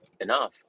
enough